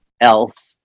else